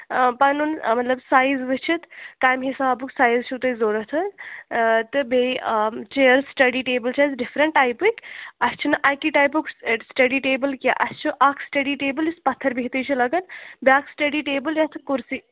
پَنُن مطلب سایز وٕچتھ کَمہِ حِسابُک سایز چھُو ضوٚرَتھ حظ تہٕ بیٚیہِ چیر سِٹیڈی ٹیٚبٕل چھِ اَسہِ ڈفرنٛٹ ٹیپٕکۍ اَسہِ چھُنہٕ ٹیپُک سِٹیڈی ٹیٚبٕل کیٚنٛہہ اَسہِ چھُ اَکھ سِٹیڈی ٹیبٕل یُس پتھر بہتھی چھِ لَگان بیٛاکھ سِٹڈی ٹیبٕل یَتھ کُرسی